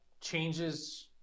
changes